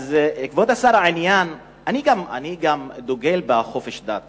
כבוד השר, אני גם דוגל בחופש דת